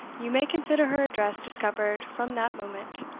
you may consider her address discovered from that moment.